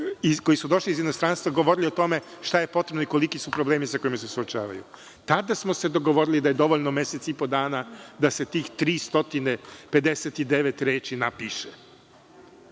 koji su došli iz inostranstva govorili o tome šta je potrebno i koliki su problemi sa kojima se suočavaju. Tada smo se dogovorili da je dovoljno mesec i po dana da se tih 359 reči napiše